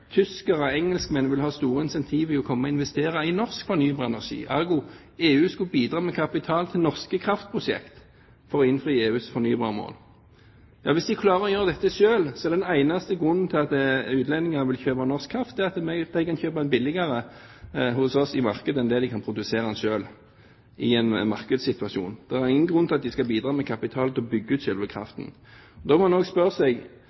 tyskere og engelskmenn vil ha gode incentiver til å komme og investere i norsk fornybar energi, ergo: EU skulle bidra med kapital til norske kraftprosjekt for å innfri EUs fornybarmål. Ja, hvis de klarer å gjøre dette selv, er den eneste grunnen til at utlendinger vil kjøpe norsk kraft at de kan kjøpe den billigere hos oss i markedet enn det de kan produsere den selv i en markedssituasjon. Det er ingen grunn til at de skal bidra med kapital til å bygge ut selve kraften. Da må en også spørre seg